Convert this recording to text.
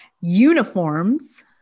uniforms